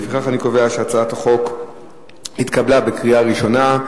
לפיכך אני קובע שהצעת החוק התקבלה בקריאה ראשונה,